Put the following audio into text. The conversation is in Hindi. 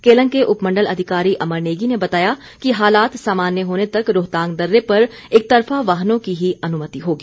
केलंग के उपमण्डल अधिकारी अमर नेगी ने बताया कि हालात सामान्य होने तक रोहतांग दर्रे पर एकतरफा वाहनों की ही अनुमति होगी